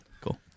Cool